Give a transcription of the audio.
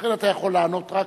לכן אתה יכול לענות רק